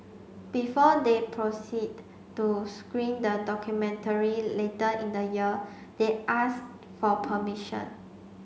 before they proceed to screen the documentary later in the year they asked for permission